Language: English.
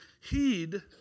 heed